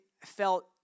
felt